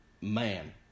man